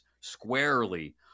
squarely